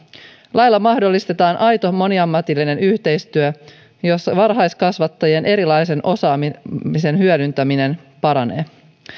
lailla mahdollistetaan aito moniammatillinen yhteistyö jossa varhaiskasvattajien erilaisen osaamisen hyödyntäminen paranee